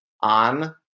on